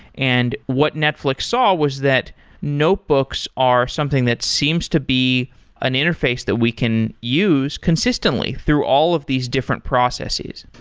and what netflix saw was that notebooks are something that seems to be an interface that we can use consistently through all of these different processes.